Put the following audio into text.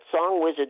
SongWizard